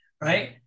Right